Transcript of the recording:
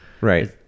Right